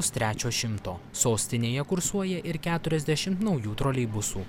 pustrečio šimto sostinėje kursuoja ir keturiasdešimt naujų troleibusų